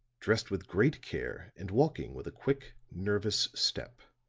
dressed with great care and walking with a quick nervous step.